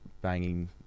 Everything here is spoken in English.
banging